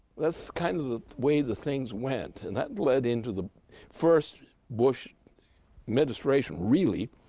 that's kind of the way the things went, and that led into the first bush administration really,